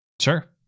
Sure